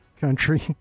country